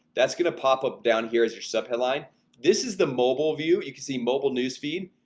that's gonna. pop up down here as your sub headline this is the mobile view you can see mobile newsfeed,